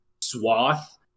swath